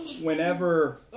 whenever